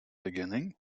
beginning